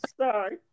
Sorry